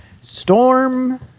Storm